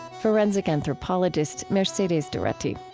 forensic anthropologist mercedes doretti.